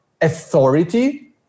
authority